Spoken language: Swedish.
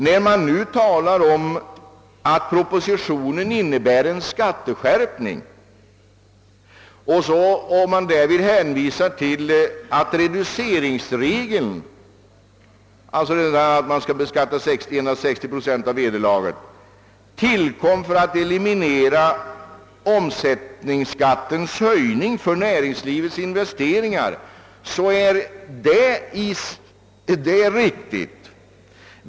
När man nu talar om att propositionen innebär en skatteskärpning och därvid hänvisar till att reduceringsregeln — d.v.s. regeln om att man skall beskatta 60 procent av vederlaget — tillkom för att eliminera omsättningsskattens höjning för näringslivets investeringar, så är det riktigt.